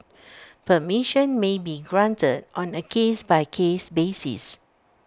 permission may be granted on A case by case basis